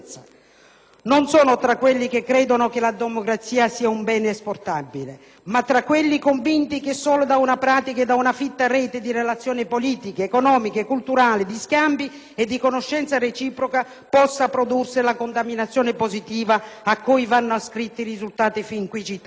Non sono tra quelli che credono che la democrazia sia un bene esportabile, ma tra quelli convinti che solo da una pratica e da una fitta rete di relazioni politiche, economiche, culturali, di scambi e di conoscenza reciproca possa prodursi la contaminazione positiva a cui vanno ascritti i risultati fin qui citati.